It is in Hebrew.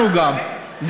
זה גם אנחנו.